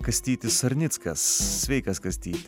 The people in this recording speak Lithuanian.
kastytis sarnickas sveikas kastyti